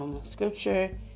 Scripture